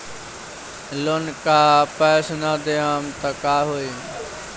Loan का पैस न देहम त का होई?